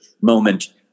moment